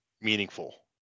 meaningful